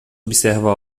observa